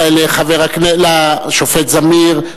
לשופט זמיר,